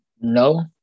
No